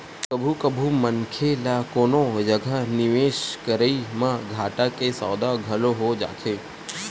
कभू कभू मनखे ल कोनो जगा निवेस करई म घाटा के सौदा घलो हो जाथे